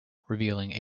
revealing